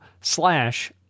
slash